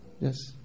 Yes